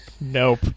nope